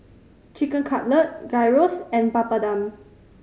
Chicken Cutlet Gyros and Papadum